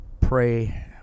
pray